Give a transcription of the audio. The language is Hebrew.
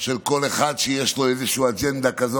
של כל אחד שיש לו איזושהי אג'נדה כזו